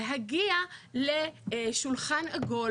להגיע לשולחן עגול.